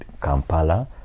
Kampala